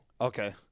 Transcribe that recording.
okay